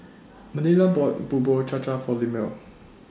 Manilla bought Bubur Cha Cha For Lemuel